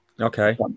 Okay